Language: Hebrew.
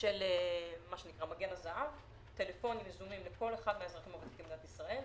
של מגן הזהב טלפונים יזומים לכל אחד מהאזרחים הוותיקים במדינת ישראל,